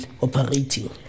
operating